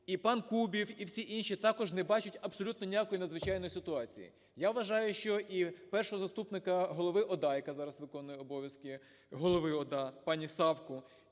І пан Кубів, і всі інші також не бачать абсолютно ніякої надзвичайної ситуації. Я вважаю, що і першого заступника голови ОДА, яка зараз виконує обов'язки голови ОДА, пані Савку,